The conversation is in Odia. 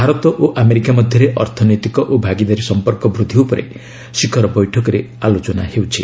ଭାରତ ଓ ଆମେରିକା ମଧ୍ୟରେ ଅର୍ଥନୈତିକ ଓ ଭାଗିଦାରୀ ସଂପର୍କ ବୃଦ୍ଧି ଉପରେ ଶିଖର ବୈଠକରେ ଆଲୋଚନା ହେଉଛି